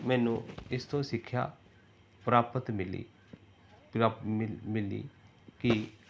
ਮੈਨੂੰ ਇਸ ਤੋਂ ਸਿੱਖਿਆ ਪ੍ਰਾਪਤ ਮਿਲੀ ਮਿਲੀ ਕਿ